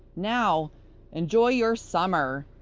now enjoy your summer!